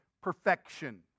perfection